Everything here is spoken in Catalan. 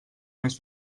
més